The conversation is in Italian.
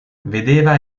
vedeva